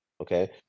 okay